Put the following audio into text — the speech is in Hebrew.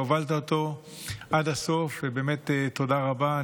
הובלת אותו עד הסוף, ובאמת תודה רבה.